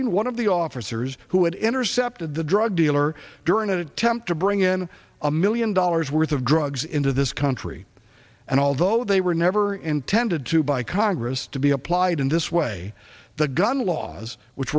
ing one of the officers who had intercepted the drug dealer during an attempt to bring in a million dollars worth of drugs into this country and although they were never intended to by congress to be applied in this way the gun laws which